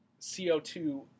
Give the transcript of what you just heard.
CO2